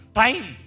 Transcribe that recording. time